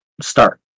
start